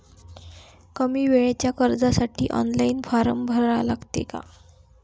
कमी वेळेच्या कर्जासाठी ऑनलाईन फारम भरा लागते का?